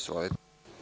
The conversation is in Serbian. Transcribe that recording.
Izvolite.